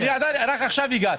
אני רק עכשיו הגעתי.